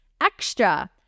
extra